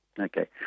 Okay